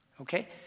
okay